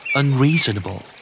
unreasonable